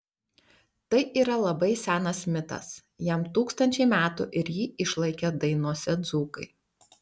tai yra labai senas mitas jam tūkstančiai metų ir jį išlaikė dainose dzūkai